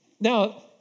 Now